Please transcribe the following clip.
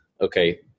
okay